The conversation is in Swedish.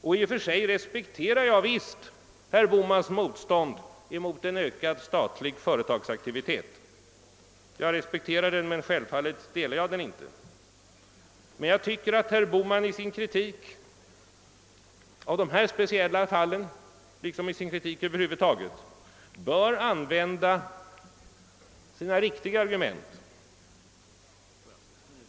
I och för sig respekterar jag herr Bohmans motstånd mot en ökad statlig företagsaktivitet, även om jag självfallet inte delar hans uppfattning. Jag tycker emellertid att herr Bohman i sin kritik av dessa speciella fall liksom i sin kritik över huvud taget bör använda riktiga argument.